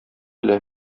әле